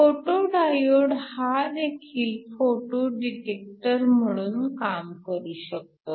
photo diode हादेखील photo detector म्हणून काम करू शकतो